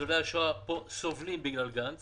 ניצולי השואה פה סובלים בגלל גנץ